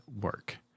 work